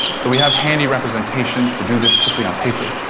so we have handy representations to do this quickly on paper,